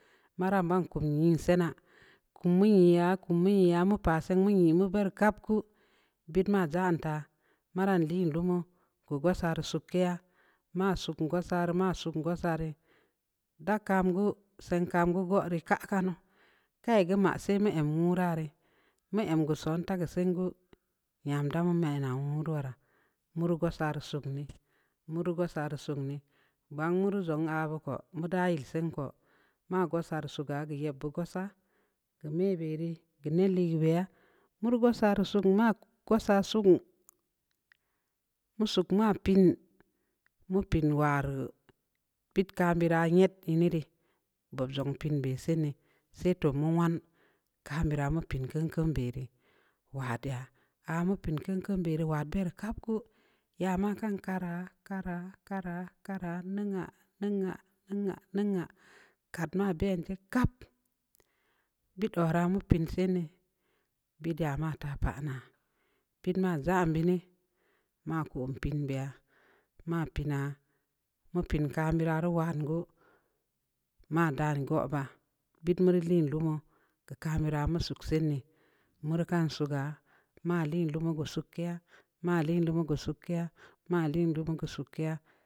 Ma raban kum yə sə'ana kummu nya-kummu nga mu pa səngue nəyə buru kapku'u buut ma nəzain ta'a maran dən dungue kangae sarrə suttkiya ma ma suffg sarə-masuttg asorə da kam gae su kam gue go rəa ka-ka nu kai gue ma sa'ay ma ii rə wurarə ma ծn gue sonta geu siingue yanda mu mծrawa wu dura murugo saru gugg nii-muna go sarei sugg nii gbon mu ru ndzun a kako mu da yə sunku mon go sa ru yə bugu sə ga mə bə ri gani lii bə ya murugo saru su ma go sa suu usuk ma pəən mu pəən wa ru pəət ka mbora ya'at ii nii rə bab zum pəən bə sii nə sa boh mu wa ka bəra ma pəən kծan-kծan bərə wadiyə amu pծn kծan-kծan bərə kapku ya ma kan kara'a-kara-kara-kara-nծugha-nᵭugua-nծugha-nծugha kat ma bծan gae kap be daura mu pծծn sa'ay nə bədə ama ita pa'ana pəən ma ndzan bəni makon pəən biiya ma pəəna mu pəən kan ru waro wan gue ma dən guba'a boot mir don dumu ka məra mu su siin nii mur kan suga ma lii lungue suttki ya-ma lii lungul suttkiya a lii lungue suttkiya.